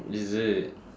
is it